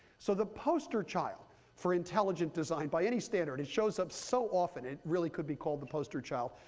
so the poster child for intelligent design by any standard, it shows up so often it really could be called the poster child,